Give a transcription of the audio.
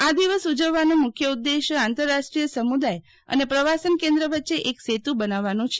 આ દિવસ ઉજવવાનો મુખ્ય ઉદ્દેશ આંતરરાષ્ટ્રીય સમુદાય અને પ્રવાસન કેન્દ્ર વચ્ચે એક સેતુ બનાવવાનો છે